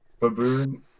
Baboon